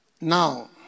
Now